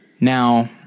Now